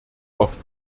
oft